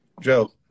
Joe